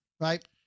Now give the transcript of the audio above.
right